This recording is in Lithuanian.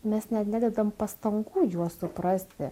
mes net nededam pastangų juos suprasti